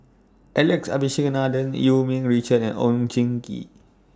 Alex Abisheganaden EU Yee Richard and Oon Jin Gee